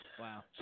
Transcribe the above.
Wow